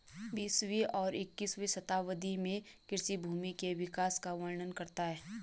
बीसवीं और इक्कीसवीं शताब्दी में कृषि भूमि के विकास का वर्णन करता है